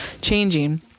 changing